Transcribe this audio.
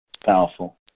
Powerful